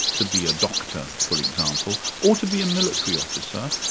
to be a doctor for example, or to be a military officer,